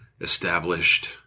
established